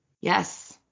Yes